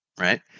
Right